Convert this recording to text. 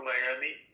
Miami